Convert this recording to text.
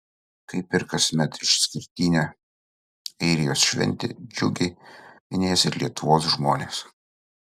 kaip ir kasmet išskirtinę airijos šventę džiugiai minės ir lietuvos žmonės